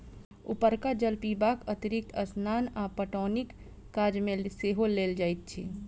उपरका जल पीबाक अतिरिक्त स्नान आ पटौनीक काज मे सेहो लेल जाइत अछि